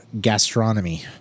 Gastronomy